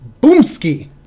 Boomski